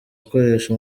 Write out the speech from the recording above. gukoresha